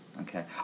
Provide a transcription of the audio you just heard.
Okay